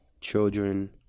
children